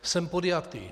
Jsem podjatý.